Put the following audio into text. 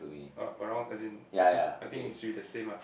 uh around as in I think I think should be the same ah